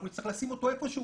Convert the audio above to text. אנחנו נצטרך לשים אותו איפשהו.